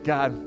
God